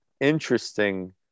interesting